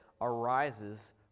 arises